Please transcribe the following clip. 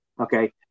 Okay